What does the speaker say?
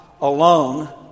alone